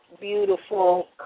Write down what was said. beautiful